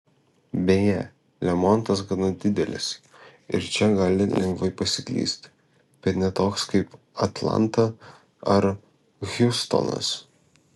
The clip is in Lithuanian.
beje lemontas gana didelis ir čia gali lengvai pasiklysti bet ne toks kaip atlanta ar hjustonas